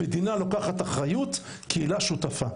המדינה לוקחת אחריות והקהילה שותפה.